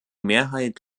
mehrheit